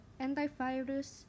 antivirus